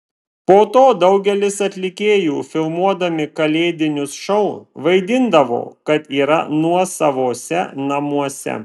po to daugelis atlikėjų filmuodami kalėdinius šou vaidindavo kad yra nuosavose namuose